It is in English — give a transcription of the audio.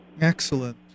Excellent